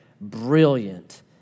brilliant